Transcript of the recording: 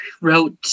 wrote